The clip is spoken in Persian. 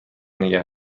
نگه